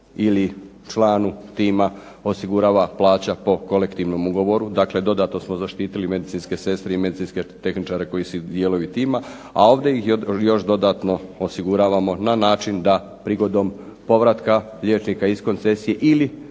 ili članu tima osigurava plaća po kolektivnom ugovoru, dakle dodatno smo zaštitili medicinske sestre i medicinske tehničare koji su dijelovi tima, a ovdje ih još dodatno osiguravamo na način da prigodom povratka liječnika iz koncesije ili